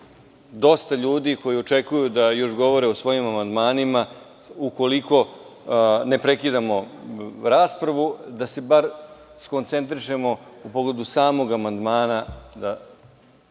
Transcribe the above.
dosta ljudi koji očekuju da još govore o svojim amandmanima, ukoliko ne prekidamo raspravu, da se bar skoncentrišemo u pogledu samog amandmana,